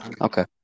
okay